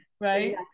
Right